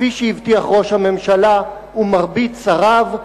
כפי שהבטיחו ראש הממשלה ומרבית שריו.